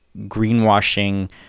greenwashing